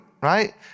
right